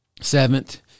Seventh